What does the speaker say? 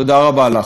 תודה רבה לך.